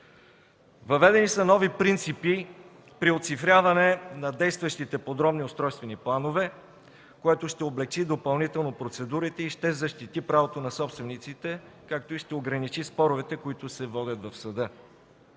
Въведени са нови принципи при оцифряване на действащите подробни устройствени планове, което ще облекчи допълнително процедурите и ще защити правото на собствениците, както и ще ограничи споровете, които се водят в съда.